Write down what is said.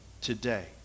today